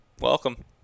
Welcome